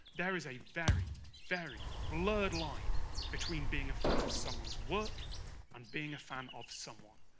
there is a very very blurred line between being a fan of someone's work and being a fan of someone.